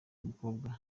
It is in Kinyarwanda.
mukobwa